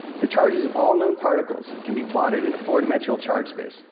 the charges of all known particles can be plotted in a four-dimensional charge space,